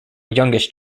youngest